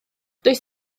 does